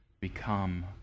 become